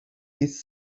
east